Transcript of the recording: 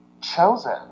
chosen